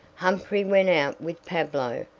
humphrey went out with pablo,